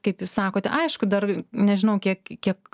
kaip jūs sakote aišku dar nežinau kiek kiek